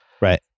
Right